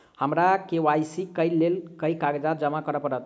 हमरा के.वाई.सी केँ लेल केँ कागज जमा करऽ पड़त?